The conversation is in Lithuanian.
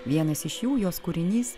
vienas iš jų jos kūrinys